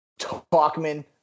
Talkman